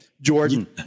Jordan